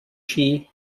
ski